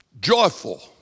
joyful